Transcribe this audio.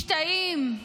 משתאים,